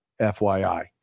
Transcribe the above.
FYI